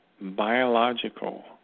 biological